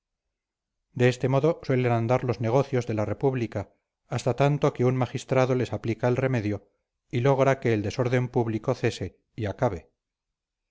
de este modo suelen andar los negocios de la república hasta tanto que un magistrado les aplica el remedio y logra que el desorden público cese y acabe